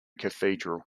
cathedral